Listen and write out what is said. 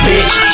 Bitch